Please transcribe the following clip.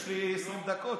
יש לי 20 דקות.